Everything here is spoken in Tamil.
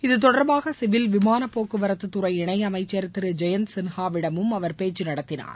இது தொடர்பாக சிவில் விமான போக்குவரத்துத் துறை இணை அமைச்சர் திரு ஜெயந்த் சின்ஹாவிடமும் அவர் பேச்சு நடத்தினார்